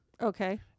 Okay